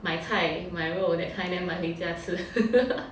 买菜买肉 that kind then 买回家吃